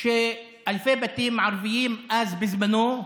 שאלפי בתים ערביים אז, בזמנו,